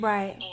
Right